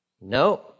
No